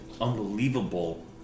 unbelievable